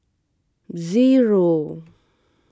zero